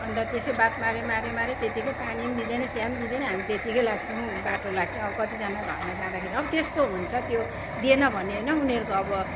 अन्त त्यसै बात माऱ्यो माऱ्यो माऱ्यो त्यतिकै पानी दिँदैन चिया दिँदैन हामी त्यतिकै लाग्छौँ बाटो लाग्छौँ अब कतिजना घरमा जाँदाखेरि अब त्यस्तो हुन्छ त्यो दिएन भन्ने होइन उनीहरूको अब